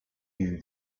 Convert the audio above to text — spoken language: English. you